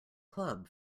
club